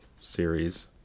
series